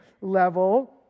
level